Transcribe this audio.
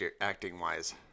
acting-wise